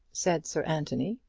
said sir anthony.